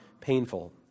painful